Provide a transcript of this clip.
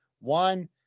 One